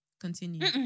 Continue